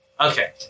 Okay